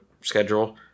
schedule